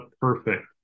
perfect